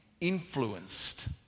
influenced